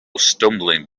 stumbling